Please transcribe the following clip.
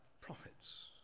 prophets